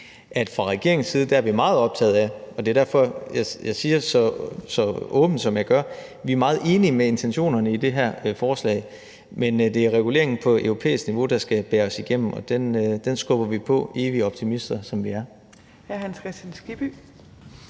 at fra regeringens side er vi meget optaget af – og det er derfor, jeg siger det så åbent, som jeg gør – og enige i intentionerne i det her forslag. Men det er reguleringen på europæisk niveau, der skal bære os igennem, og den skubber vi på – evige optimister, som vi er.